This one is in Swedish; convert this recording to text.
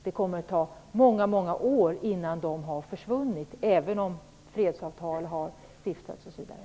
Det kommer att ta många år innan dessa har försvunnit, även om fredsavtal har stiftats osv.